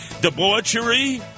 debauchery